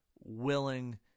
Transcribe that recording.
willing